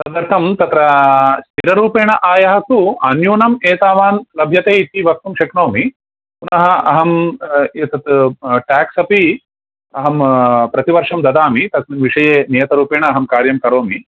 तदर्थं तत्र तिलरूपेन आयः तु अन्यूनम् एतावान् लभ्यते इति वक्तुं शक्नोमि पुनः अहम् एतत् टेक्स् अपि अहं प्रतिवर्षं ददामि तस्मिन् विषये नियतरूपेण अहं कार्यं करोमि